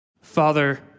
Father